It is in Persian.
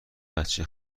بچه